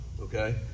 okay